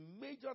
major